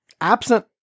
absent